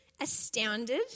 astounded